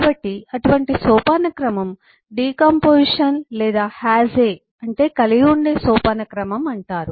కాబట్టి అటువంటి సోపానక్రమం డికాంపొజిషన్ లేదా హాస్ ఏ అంటే కలిగి ఉండే సోపానక్రమం అంటారు